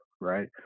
right